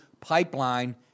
pipeline